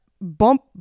bump